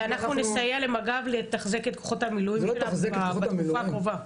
ואנחנו נסייע למג"ב לתחזק את כוחות המילואים שלה בתקופה הקרובה.